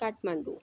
Kathmandu